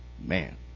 Man